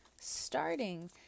starting